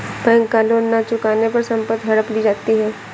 bank का loan न चुकाने पर संपत्ति हड़प ली जाती है